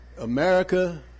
America